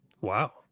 Wow